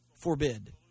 forbid